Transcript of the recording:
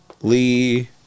Lee